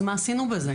אז מה עשינו בזה?